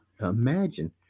imagine